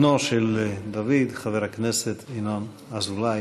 בנו של דוד, חבר הכנסת ינון אזולאי.